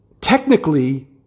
technically